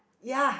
yeah